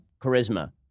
charisma